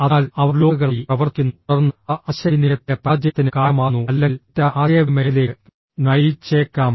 അതിനാൽ അവ ബ്ലോക്കുകളായി പ്രവർത്തിക്കുന്നു തുടർന്ന് അവ ആശയവിനിമയത്തിന്റെ പരാജയത്തിന് കാരണമാകുന്നു അല്ലെങ്കിൽ തെറ്റായ ആശയവിനിമയത്തിലേക്ക് നയിച്ചേക്കാം